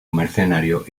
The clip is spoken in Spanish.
mercenario